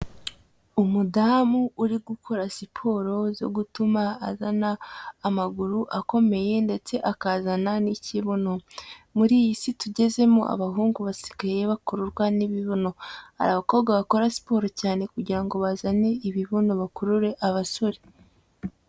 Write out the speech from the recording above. Umudamu uri gukora siporo zo gutuma azana amaguru akomeye ndetse akazana n'ikibuno. Muri iyi si tugezemo abahungu basigaye bakururwa n'imibuno. Abakobwa bakora siporo cyane kugira ngo bazane ibibuno bakurure abasore.